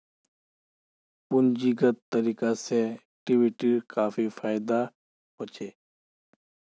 पूंजीगत तरीका से इक्विटीर काफी फायेदा होछे